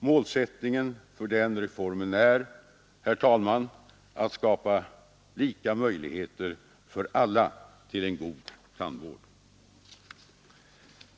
Målsättningen för den reformen är, herr talman, att skapa lika möjligheter för alla till en god tandvård.